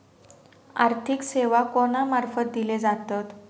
आर्थिक सेवा कोणा मार्फत दिले जातत?